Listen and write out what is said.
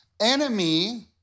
enemy